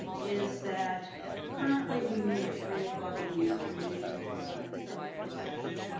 and is that currently we meet at three o'clock in the afternoon and start with closed session,